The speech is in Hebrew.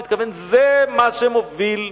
הוא התכוון שזה מה שמוביל למשיח.